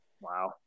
Wow